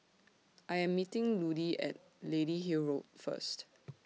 I Am meeting Ludie At Lady Hill Road First